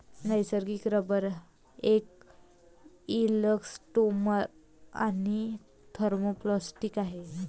नैसर्गिक रबर एक इलॅस्टोमर आणि थर्मोप्लास्टिक आहे